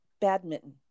badminton